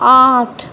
आठ